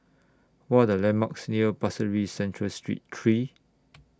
What The landmarks near Pasir Ris Central Street three